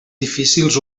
difícils